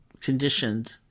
conditioned